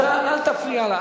אתה, אל תפריע לה.